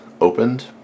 opened